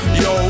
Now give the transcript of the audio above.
yo